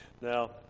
Now